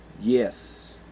yes